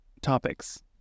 topics